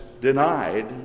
denied